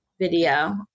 video